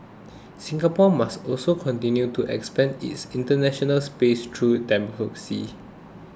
Singapore must also continue to expand its international space through diplomacy